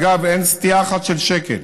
אגב, אין סטייה אחת, של שקל.